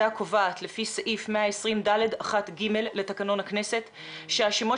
יו"ר הוועדה קובעת לפי סעיף 120.ד.1.ג לתקנון הכנסת שהשמות